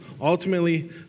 ultimately